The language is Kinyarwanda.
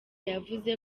yavuze